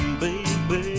baby